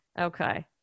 okay